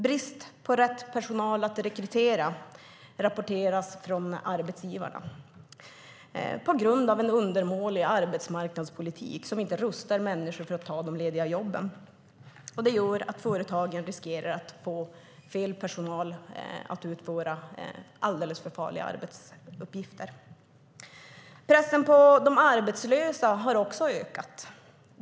Brist på rätt personal att rekrytera rapporteras från arbetsgivarna på grund av en undermålig arbetsmarknadspolitik som inte rustar människor för att ta de lediga jobben. Det gör att företagen riskerar att få fel personal att utföra alldeles för farliga arbetsuppgifter. Pressen på de arbetslösa har också ökat.